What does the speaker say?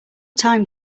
time